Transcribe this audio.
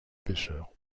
pêcheur